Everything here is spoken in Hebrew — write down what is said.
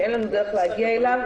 שאין לנו דרך להגיע אליו,